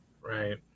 Right